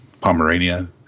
Pomerania